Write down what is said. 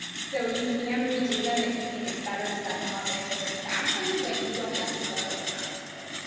so you can redo them if you think it's better to set them up in a different fashion. but you don't necessarily have to